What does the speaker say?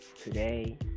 Today